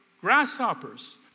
grasshoppers